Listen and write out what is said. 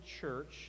church